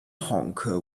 honker